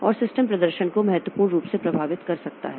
और सिस्टम प्रदर्शन को महत्वपूर्ण रूप से प्रभावित कर सकता है